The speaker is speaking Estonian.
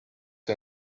see